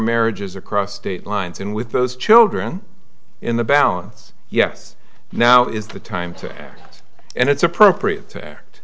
marriages across state lines and with those children in the balance yes now is the time to act and it's appropriate to act